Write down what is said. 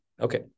Okay